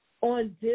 on